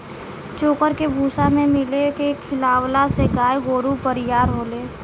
चोकर के भूसा में मिला के खिआवला से गाय गोरु बरियार होले